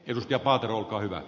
arvoisa puhemies